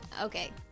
Okay